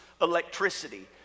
electricity